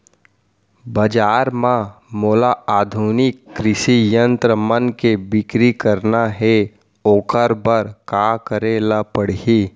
बजार म मोला आधुनिक कृषि यंत्र मन के बिक्री करना हे ओखर बर का करे ल पड़ही?